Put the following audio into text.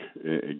again